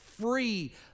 free